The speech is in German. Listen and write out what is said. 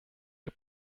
der